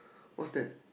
what's that